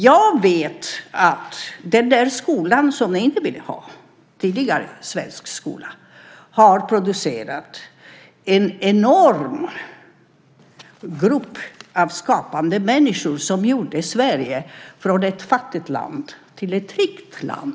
Jag vet att den skola som ni inte ville ha, den tidigare svenska skolan, producerade en stor grupp skapande människor som gjorde att Sverige från att ha varit ett fattigt land blev ett rikt land.